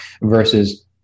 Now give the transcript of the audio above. versus